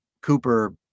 Cooper